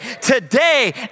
today